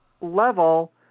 level